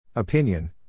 Opinion